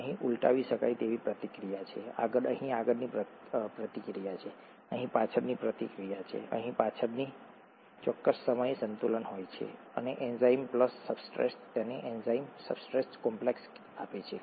અહીં ઉલટાવી શકાય તેવી પ્રતિક્રિયા છે આગળ અહીં આગળની પ્રતિક્રિયા છે અહીં પાછળની પ્રતિક્રિયા છે અહીં પાછળની પ્રતિક્રિયા છે ચોક્કસ સમયે સંતુલન હોય છે અને એન્ઝાઇમ પ્લસ સબસ્ટ્રેટ તમને એન્ઝાઇમ સબસ્ટ્રેટ કોમ્પ્લેક્સ આપે છે